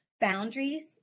boundaries